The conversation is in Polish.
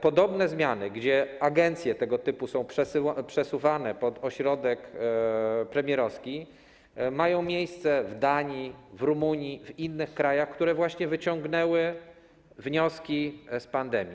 Podobne zmiany, gdzie agencje tego typu są przesuwne pod ośrodek premierowski, mają miejsce w Danii, w Rumunii i w innych krajach, które wyciągnęły wnioski z pandemii.